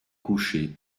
couché